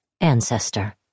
ancestor